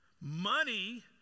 Money